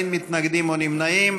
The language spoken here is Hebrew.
אין מתנגדים או נמנעים.